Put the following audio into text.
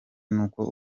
n’uko